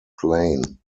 plane